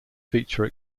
feature